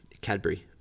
Cadbury